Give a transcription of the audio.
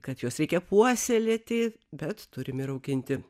kad juos reikia puoselėti bet turim ir auginti